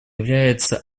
является